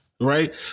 right